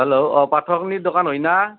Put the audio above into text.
hello অঁ পাঠকনীৰ দোকান হয় না